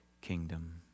kingdom